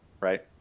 right